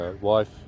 wife